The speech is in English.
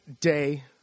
day